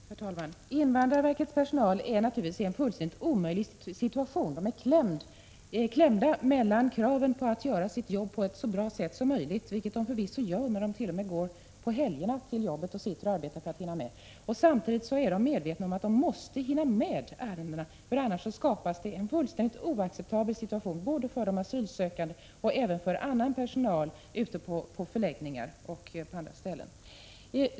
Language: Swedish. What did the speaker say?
Herr talman! Invandrarverkets personal är naturligtvis i en fullständigt omöjlig situation. Verkets anställda kläms mellan kravet på att göra sitt jobb på ett så bra sätt som möjligt — vilket de förvisso gör, när de t.o.m. går till jobbet och sitter och arbetar på helgerna — och kravet på att hinna med ärendena, eftersom det annars skulle skapas fullständigt oacceptabla förhållanden både för de asylsökande och för annan personal ute på förläggningar och på andra ställen.